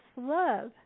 love